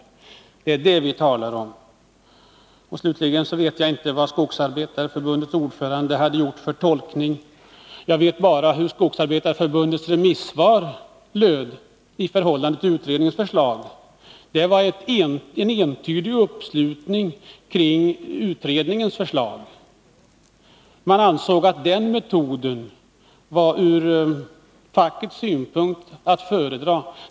Slutligen vet jag inte vad Skogsarbetareförbundets ordförande hade gjort för tolkning. Jag vet bara hur Skogsarbetareförbundets remissvar över utredningens förslag löd. Det var en entydig uppslutning kring utredningens förslag. Man ansåg att den metoden ur fackets synpunkt var att föredra.